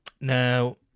Now